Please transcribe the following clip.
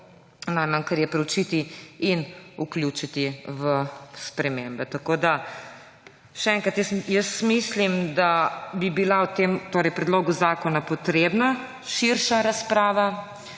najmanj, kar je, preučiti in vključiti v spremembe. Še enkrat, jaz mislim, da bi bila o predlogu zakona potrebna širša razprava,